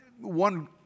one